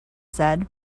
said